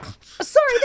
Sorry